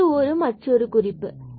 இது ஒரு மற்றொரு குறிப்பாகும்